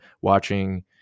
watching